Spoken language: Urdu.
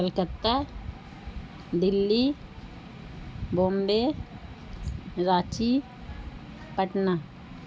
کلکتہ دلی بومبے راچی پٹنہ